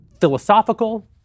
philosophical